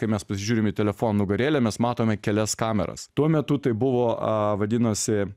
kai mes pasižiūrim į telefono nugarėlę mes matome kelias kameras tuo metu tai buvo vadinasi